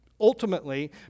Ultimately